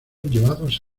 llevados